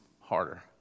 harder